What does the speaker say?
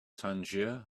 tangier